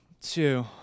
two